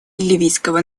ливийского